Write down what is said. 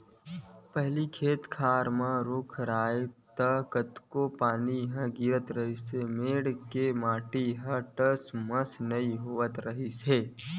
पहिली खेत खार म रूख राहय त कतको पानी गिरतिस मेड़ के माटी ह टस ले मस नइ होवत रिहिस हे